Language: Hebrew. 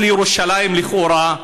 לירושלים, לכאורה,